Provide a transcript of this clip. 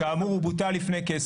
אמרת קיים חוק.